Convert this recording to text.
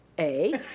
a,